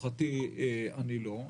לשמחתי אני לא,